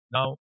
Now